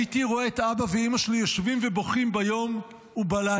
הייתי רואה את אבא ואימא שלי יושבים ובוכים ביום ובלילה.